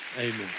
Amen